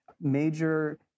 major